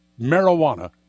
marijuana